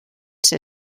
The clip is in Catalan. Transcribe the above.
ser